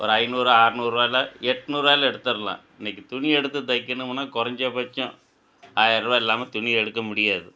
ஒரு ஐந்நூறு ஆற்நூறுவாய்ல எட்நூறுவாய்ல எடுத்துரலாம் இன்னைக்கு துணி எடுத்து தைக்கணுமுன்னா குறஞ்சபட்சம் ஆயர்ரூவா இல்லாமல் துணி எடுக்க முடியாது